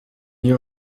ihr